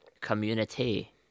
community